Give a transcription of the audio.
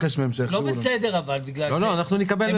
לא בסדר אבל בגלל --- לא, אנחנו נקבל את זה.